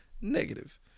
Negative